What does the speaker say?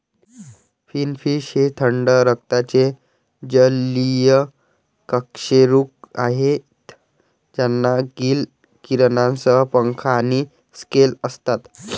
finfish हे थंड रक्ताचे जलीय कशेरुक आहेत ज्यांना गिल किरणांसह पंख आणि स्केल असतात